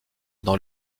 dans